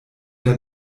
der